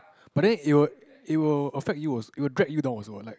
but then it will it will affect you also it will drag you down also what like